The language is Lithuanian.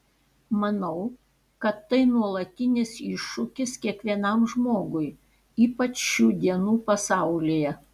manau kad tai nuolatinis iššūkis kiekvienam žmogui ypač šių dienų pasaulyje